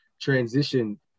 transition